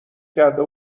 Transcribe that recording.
کرده